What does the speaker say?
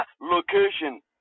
location